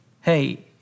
hey